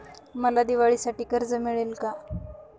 मला दिवाळीसाठी कर्ज मिळेल का?